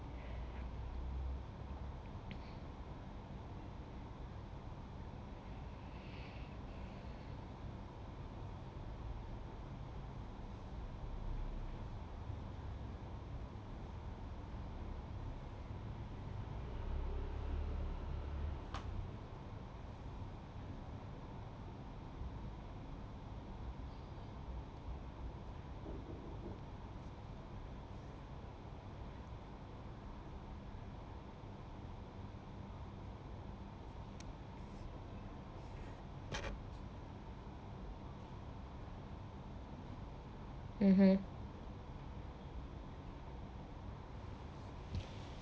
mmhmm